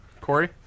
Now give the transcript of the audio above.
Corey